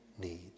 need